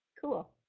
Cool